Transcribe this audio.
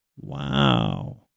Wow